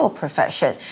profession